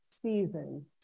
season